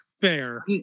Fair